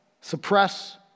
suppress